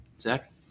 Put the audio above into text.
Zach